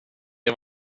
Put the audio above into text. vad